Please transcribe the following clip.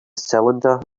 cylinder